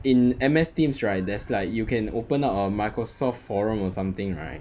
in M_S teams right there's like you can open up a microsoft forum or something right